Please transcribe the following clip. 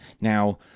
Now